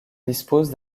dispose